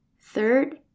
Third